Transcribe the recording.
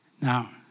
Now